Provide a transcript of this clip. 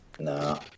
no